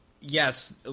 yes